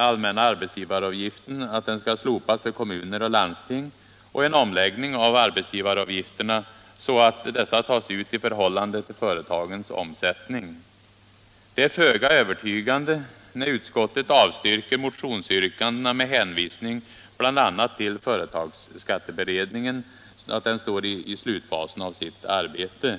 allmänna arbetsgivaravgiften slopas för kommuner och landsting och att en omläggning av arbetsgivaravgifterna görs, så att dessa tas ut i förhållande till företagens omsättning. Det är föga övertygande när utskottet avstyrker motionsyrkandena med hänvisning bl.a. till att företagsskatteberedningen befinner sig i slutfasen av sitt arbete.